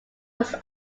was